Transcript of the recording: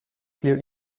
clear